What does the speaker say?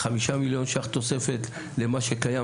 חמישה מיליון ₪ תוספת למה שקיים,